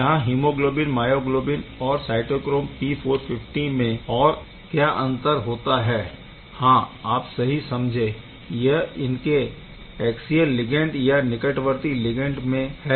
यहाँ haemoglobin myoglobin और cytochrome P450 में और क्या अंतर होता है हाँ आप सही समझे यह इनके ऐक्सियल लिगैण्ड या निकटवर्ती लिगैण्ड में हैं